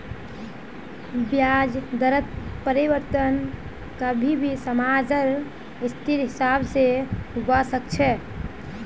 ब्याज दरत परिवर्तन कभी भी समाजेर स्थितिर हिसाब से होबा सके छे